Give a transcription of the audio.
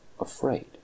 afraid